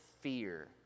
fear